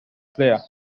player